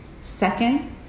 second